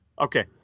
okay